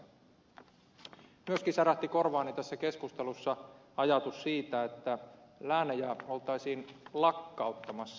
myöskin särähti korvaani tässä keskustelussa ajatus siitä että läänejä oltaisiin lakkauttamassa